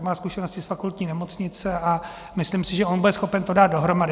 Má zkušenosti z fakultní nemocnice a myslím si, že to bude schopen dát dohromady.